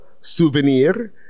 Souvenir